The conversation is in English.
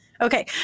Okay